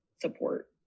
support